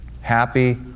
Happy